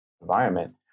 environment